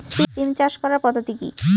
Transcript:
সিম চাষ করার পদ্ধতি কী?